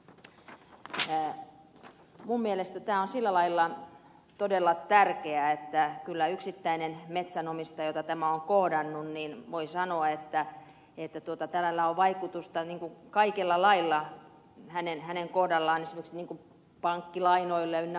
minun mielestäni tämä on sillä lailla todella tärkeää että kyllä yksittäiselle metsänomistajalle jota tämä kohdannut tällä on vaikutusta voi sanoa kaikella lailla hänen kohdallaan siis pankkilainoille ynnä muuta